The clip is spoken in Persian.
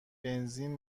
بنزین